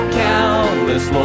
countless